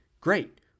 Great